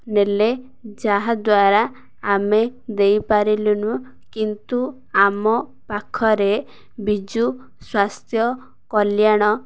ନେଲେ ଯାହାଦ୍ୱାରା ଆମେ ଦେଇପାରିଲୁନୁ କିନ୍ତୁ ଆମ ପାଖରେ ବିଜୁ ସ୍ୱାସ୍ଥ୍ୟ କଲ୍ୟାଣ